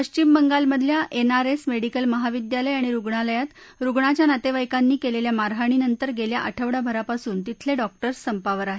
पश्चिम बंगाल मधल्या N R S medical महाविद्यालय आणि रुग्णालयात रुग्णाच्या नातेवाईकांनी केलेल्या मारहाणीनंतर गेला आठवडाभरापासून तिथले डॉक्टर्स संपावर आहेत